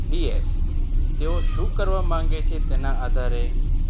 DS તેઓ શું કરવા માંગે છે તેના આધારે